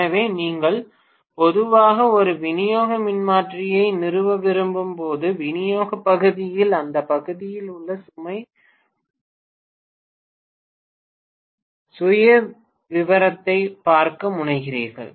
எனவே நீங்கள் பொதுவாக ஒரு விநியோக மின்மாற்றியை நிறுவ விரும்பும் போது விநியோக பகுதியில் அந்த பகுதியில் உள்ள சுமை சுயவிவரத்தைப் பார்க்க முனைகிறீர்கள்